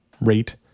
rate